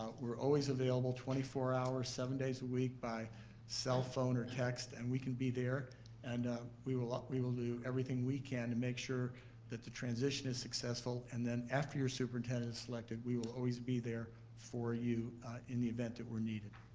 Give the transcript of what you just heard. we're always available, twenty four hours seven days a week by cellphone or text and we can be there and we will ah we will do everything we can to make sure that the transition is successful. and then after your superintendent is selected we will always be there for you in the event that we're needed.